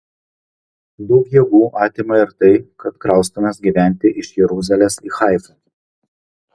daug jėgų atima ir tai kad kraustomės gyventi iš jeruzalės į haifą